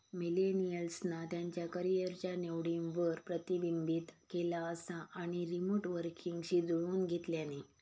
मिलेनियल्सना त्यांच्या करीयरच्या निवडींवर प्रतिबिंबित केला असा आणि रीमोट वर्कींगशी जुळवुन घेतल्यानी